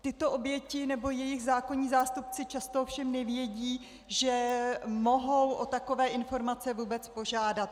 Tyto oběti nebo jejich zákonní zástupci často ovšem nevědí, že mohou o takové informace vůbec požádat.